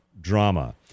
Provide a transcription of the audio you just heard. drama